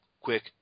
quick